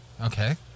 Okay